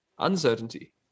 uncertainty